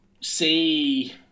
see